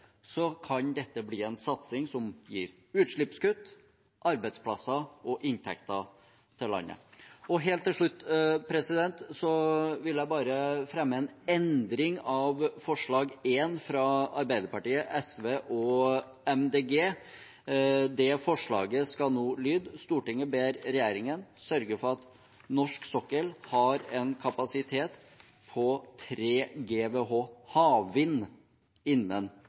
kan det bli en satsing som gir utslippskutt, arbeidsplasser og inntekter til landet. Helt til slutt vil jeg bare fremme en endring av forslag nr. 1, fra Arbeiderpartiet, SV og Miljøpartiet De Grønne. Det forslaget skal nå lyde: «Stortinget ber regjeringen sørge for at norsk sokkel har en kapasitet på 3 GW havvind innen